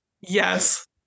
Yes